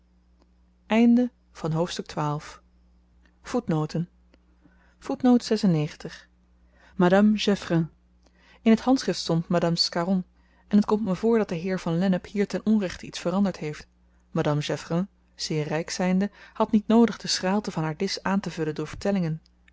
in t handschrift stond madame scarron en t komt me voor dat de heer van lennep hier ten onrechte iets veranderd heeft madame geoffrin zeer ryk zynde had niet noodig de schraalte van haar disch aantevullen door vertellingen